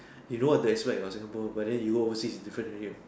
you know what to expect ah in Singapore but then you work overseas its different already